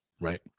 right